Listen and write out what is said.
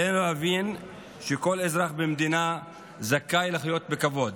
עלינו להבין שכל אזרח במדינה זכאי לחיות בכבוד,